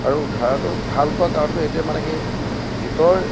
আৰু ধাৰাটো ভাল পোৱা কাৰণটো এইটোৱে মানে কি গীতৰ